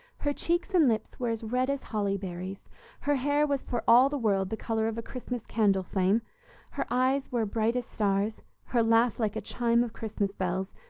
her cheeks and lips were as red as holly berries her hair was for all the world the color of a christmas candle-flame her eyes were bright as stars her laugh like a chime of christmas bells,